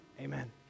Amen